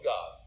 God